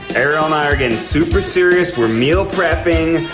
ariel and i are getting super serious. we're meal prepping,